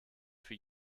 für